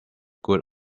good